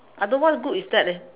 I don't what group is that leh